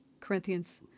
Corinthians